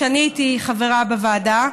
אני הייתי חברה בוועדה,